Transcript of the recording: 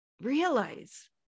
realize